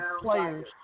players